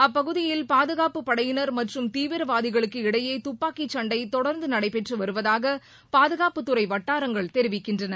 அப்பகுதியில் பாதுகாப்புப் படையினர் மற்றும் தீவிரவாதிகளுக்கு இடையே துப்பாக்கிச் சண்டை தொடர்ந்து நடைபெற்று வருவதாக பாதுகாப்புத்துறை வட்டாரங்கள் தெரிவிக்கின்றன